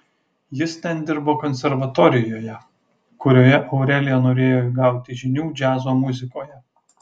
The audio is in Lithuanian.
jis ten dirbo konservatorijoje kurioje aurelija norėjo įgauti žinių džiazo muzikoje